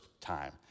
time